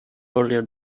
earlier